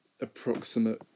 approximate